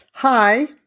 Hi